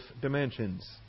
dimensions